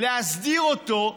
להסדיר אותו,